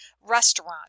restaurant